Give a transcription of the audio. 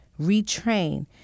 retrain